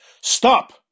Stop